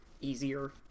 easier